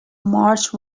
march